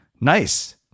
Nice